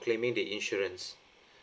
claiming the insurance